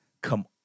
Come-